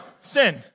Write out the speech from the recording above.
sin